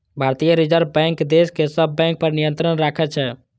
भारतीय reserve bank देश के सब बैंक पर नियंत्रण राखै छै